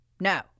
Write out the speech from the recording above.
No